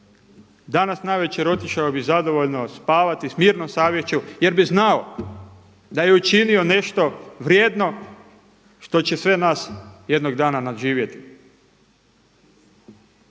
danas navečer otišao bi zadovoljno, spavati s mirnom savješću jer bi znao da je učinio nešto vrijedno što će sve nas jednog dana nadživjeti.